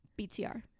BTR